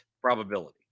probability